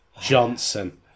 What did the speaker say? Johnson